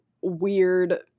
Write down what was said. weird